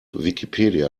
wikipedia